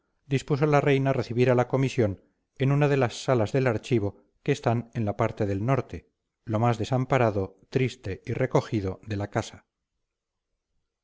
dispuso la reina recibir a la comisión en una de las salas del archivo que están en la parte del norte lo más desamparado triste y recogido de la casa